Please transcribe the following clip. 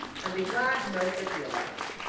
and be glad to know what they feel like.